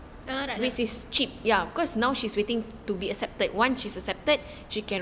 eight hundred